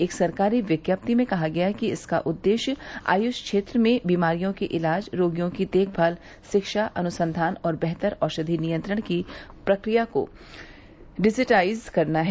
एक सरकारी विज्ञप्ति में कहा गया है कि इसका उद्देश्य आयुष क्षेत्र में बिमारियों के इलाज रोगियों की देखभाल रिक्षा अनुसंधान और बेहतर औषधी नियंत्रण की प्रक्रिया को डिजिटाइज करना है